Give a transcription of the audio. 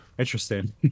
Interesting